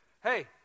hey